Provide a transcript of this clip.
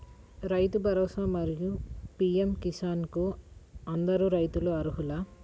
రైతు భరోసా, మరియు పీ.ఎం కిసాన్ కు అందరు రైతులు అర్హులా?